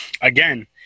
again